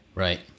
Right